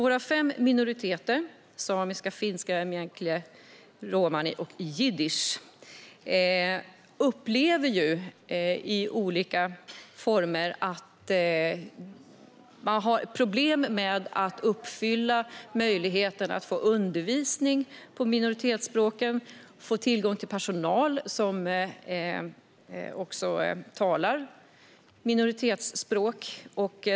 De fem minoritetsspråken är samiska, finska, meänkieli, romani och jiddisch. Man upplever problem med att tillgodose rätten till undervisning på dessa språk, och det är svårt att få tag i personal som talar minoritetsspråk.